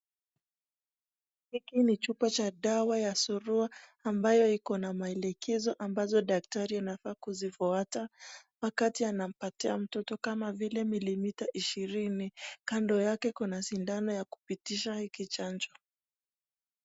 Hiki ni chupa cha dawa ya surua ambayo ina maelekezo ambayo dactari anafaa kizifutwa anapo patia mtoto kama vile milimita ishirini. Iko na sindano ya kupitisha hii chanjo.